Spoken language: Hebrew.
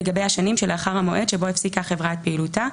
לגבי השנים שלאחר המועד שבו הפסיקה החברה את פעילותה,